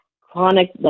chronic